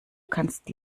kannst